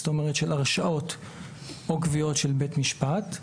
זאת אומרת הרשעות או קביעות של בית משפט,